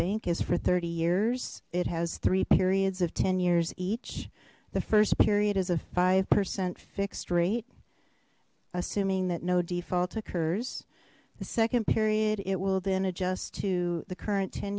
bank is for thirty years it has three periods of ten years each the first period is a five percent fixed rate assuming that no default occurs the second period we'll then adjust to the current ten